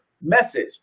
message